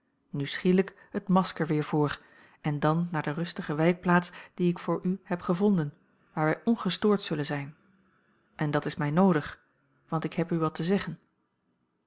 schielijk het masker weer voor en dan naar de rustige wijkplaats die ik voor u heb gevonden waar wij ongestoord zullen zijn en dat is mij noodig want ik heb u wat te zeggen